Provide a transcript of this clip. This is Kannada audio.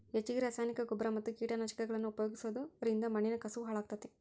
ಹೆಚ್ಚಗಿ ರಾಸಾಯನಿಕನ ಗೊಬ್ಬರ ಮತ್ತ ಕೇಟನಾಶಕಗಳನ್ನ ಉಪಯೋಗಿಸೋದರಿಂದ ಮಣ್ಣಿನ ಕಸವು ಹಾಳಾಗ್ತೇತಿ